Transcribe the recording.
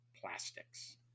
plastics